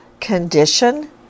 condition